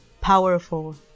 powerful